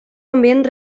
ambient